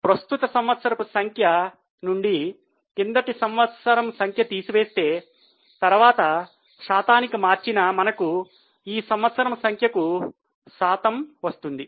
ప్రస్తుత సంవత్సరపు సంఖ్య నుండి కిందటి సంవత్సరం సంఖ్య తీసివేస్తే తర్వాత శాతానికి మార్చిన మనకు ఈ సంవత్సరము సంఖ్యకు శాతం వస్తుంది